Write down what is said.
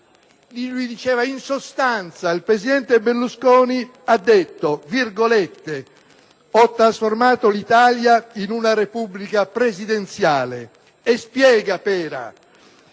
Pera che in sostanza il presidente Berlusconi aveva detto: «ho trasformato l'Italia in una repubblica presidenziale». E spiegava